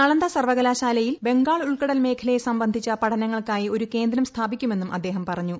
നളന്ദ സർവ്വകലാശാലയിൽ ്ബംഗാൾ ഉൾക്കടൽ മേഖലയെ സംബന്ധിച്ച പഠനങ്ങൾക്കായി ഒരു കേന്ദ്രം സ്ഥാപിക്കുമെന്നും അദ്ദേഹം പറഞ്ഞു